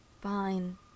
fine